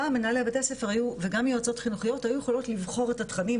פעם מנהלי בתי הספר וגם יועצות חינוכיות היו יכולים לבחור את התכנים,